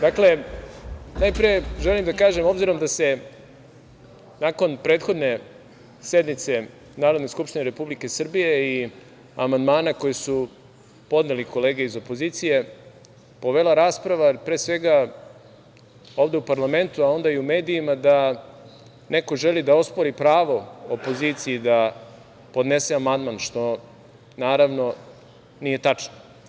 Dakle, najpre želim da kažem, obzirom da se nakon prethodne sednice Narodne skupštine Republike Srbije i amandmana koji su podneli kolege iz opozicije povela rasprava, pre svega ovde u parlamentu a onda i u medijima, da neko želi da ospori pravo opoziciji da podnese amandman, što naravno nije tačno.